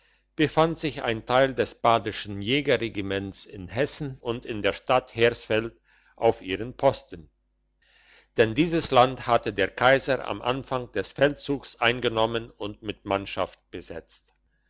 befand sich ein teil des badischen jägerregiments in hessen und in der stadt hersfeld auf ihren posten denn dieses land hatte der kaiser im anfang des feldzugs eingenommen und mit mannschaft besetzt